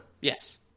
Yes